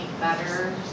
better